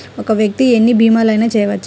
ఒక్క వ్యక్తి ఎన్ని భీమలయినా చేయవచ్చా?